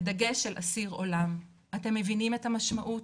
בדגש על אסיר עולם, אתם מבינים את המשמעות?